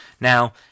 Now